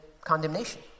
condemnation